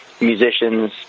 musicians